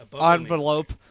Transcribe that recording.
envelope